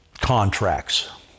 contracts